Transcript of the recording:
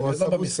אני עוד לא במשרד.